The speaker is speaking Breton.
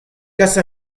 kas